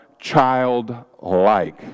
childlike